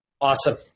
Awesome